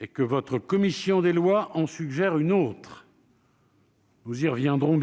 et que votre commission des lois en suggère une autre- nous y reviendrons.